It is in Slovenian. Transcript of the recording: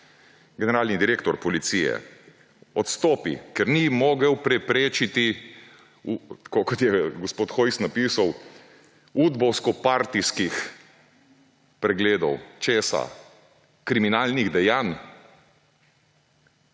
generalni direktor policije. Odstopi, ker ni mogel preprečiti, tako kot je gospod Hojs napisal, udbovsko-partijskih pregledov. Česa? Kriminalnih dejanj?